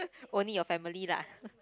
only your family lah